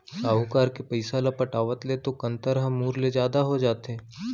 साहूकार के पइसा ल पटावत ले तो कंतर ह मूर ले जादा हो जाथे